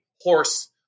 horse